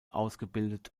ausgebildet